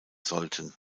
sollten